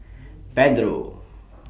Pedro